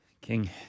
King